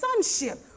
sonship